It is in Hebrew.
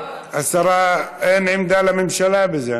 השרה, אין עמדה לממשלה בזה.